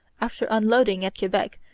after unloading at quebec,